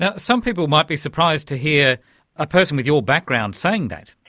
yeah some people might be surprised to hear a person with your background saying that.